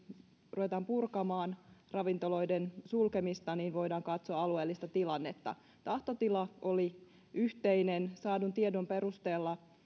ruvetaan purkamaan ravintoloiden sulkemista niin voidaan katsoa alueellista tilannetta tahtotila oli yhteinen saadun tiedon perusteella